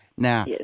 Now